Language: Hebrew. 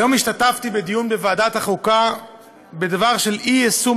היום השתתפתי בדיון בוועדת החוקה על אי-יישום